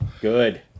Good